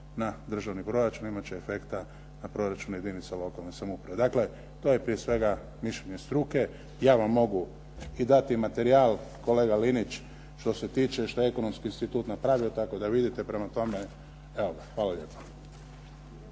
na državni proračun. Imat će efekta na proračune jedinica lokalne samouprave. Dakle, to je prije svega mišljenje struke. Ja vam mogu i dati materijal kolega Linić što se tiče što je Ekonomski institut napravio tako da vidite. Prema tome, evo ga. Hvala lijepo.